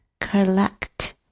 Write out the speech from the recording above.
collect